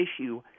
issue